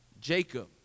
Jacob